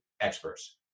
experts